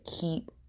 keep